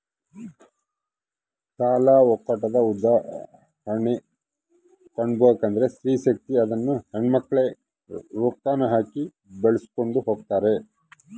ಸಾಲ ಒಕ್ಕೂಟದ ಉದಾಹರ್ಣೆ ಕೊಡ್ಬಕಂದ್ರ ಸ್ತ್ರೀ ಶಕ್ತಿ ಅದುನ್ನ ಹೆಣ್ಮಕ್ಳೇ ರೊಕ್ಕಾನ ಹಾಕಿ ಬೆಳಿಸ್ಕೊಂಡು ಹೊಗ್ತಾರ